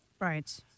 right